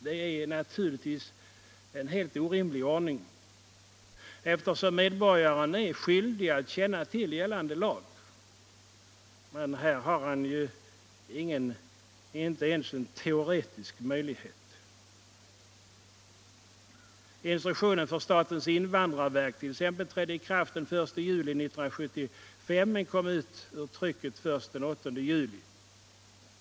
Det är naturligtvis en helt orimlig ordning, eftersom medborgaren är skyldig att känna till gällande lag. Här har han ju inte ens en teoretisk möjlighet att göra det. Instruktionen för statens invandrarverk t.ex. trädde i kraft den 1 juli 1975 men kom ut från trycket först den 8 juli.